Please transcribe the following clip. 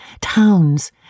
towns